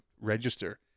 register